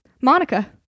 Monica